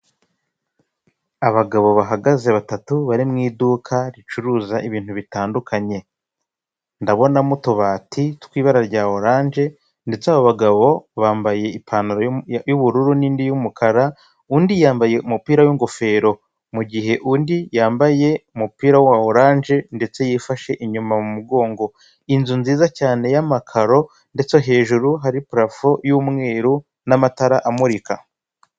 Abagabo bahagaze batatu bari mu iduka ricuruza ibintu bitandukanye, ndabona utubati tw'ibara rya orange ndetse aba bagabo bambaye ipantaro y'ubururu n'indi y'umukara undi yambaye umupira w'ingofero mu gihe undi yambaye umupira wa orange ndetse yifashe inyuma mu mugongo, inzu nziza cyane y'amakaro ndetse hejuru hari purafo y'umweru n'amatara amurika.